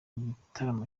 igitaramo